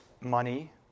money